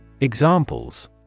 Examples